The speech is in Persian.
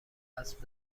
اسب